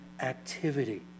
activity